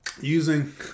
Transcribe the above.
using